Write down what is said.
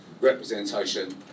representation